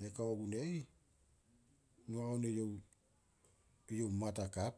ne kao gun e ih, noa on eyouh- eyouh mat hakap,